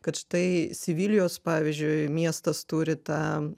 kad štai sevilijos pavyzdžiui miestas turi tą